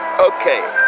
Okay